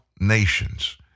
nations